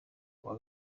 kuwa